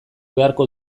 beharko